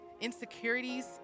insecurities